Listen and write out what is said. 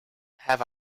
have